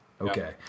Okay